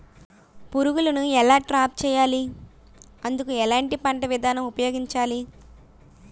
పురుగులను ఎలా ట్రాప్ చేయాలి? అందుకు ఎలాంటి పంట విధానం ఉపయోగించాలీ?